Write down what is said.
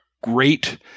great